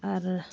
ᱟᱨ